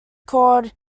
called